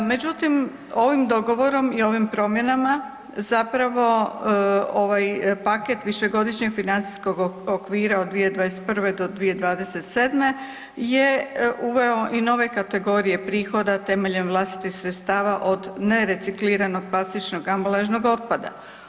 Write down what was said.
Međutim, ovim dogovorom i ovim promjenama zapravo ovaj paket višegodišnjeg financijskog okvira od 2021.-2027. je uveo i nove kategorije prihoda temeljem vlastitih sredstava od nerecikliranog plastičnog ambalažnog otpada.